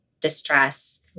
distress